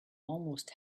almost